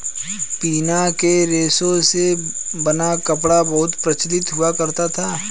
पिना के रेशे से बना कपड़ा बहुत प्रचलित हुआ करता था